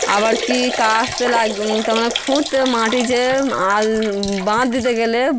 আবার কী কাস্তে লাগ তার মানে খুঁড়তে মাটি যেয়ে আল বাঁধ দিতে গেলে